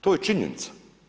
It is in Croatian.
To je činjenica.